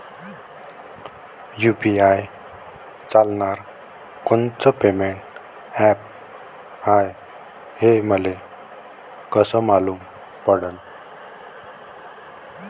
UPI चालणारं कोनचं payment app हाय, हे मले कस मालूम पडन?